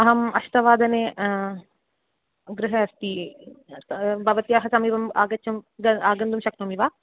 अहम् अष्टवादने गृहे अस्ति भवत्याः समीपम् आगच्छम् आगन्तुं शक्नोमि वा